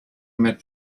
met